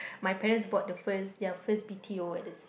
my parents bought the first their first b_t_o at